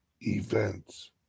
events